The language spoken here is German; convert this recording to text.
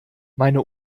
meine